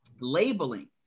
Labeling